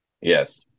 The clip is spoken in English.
Yes